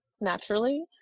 naturally